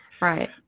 Right